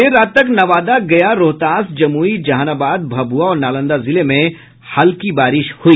देर रात तक नवादा गया रोहतास जमुई जहानाबाद भभूआ और नालंदा जिले में हल्की बारिश हई